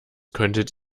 könntet